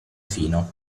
fino